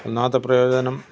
ഒന്നാമത്തെ പ്രയോജനം